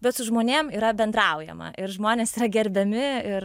bet su žmonėm yra bendraujama ir žmonės yra gerbiami ir